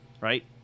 Right